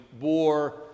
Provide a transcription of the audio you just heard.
bore